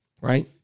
right